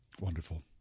wonderful